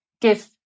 give